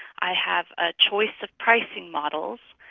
i have a choice of pricing models,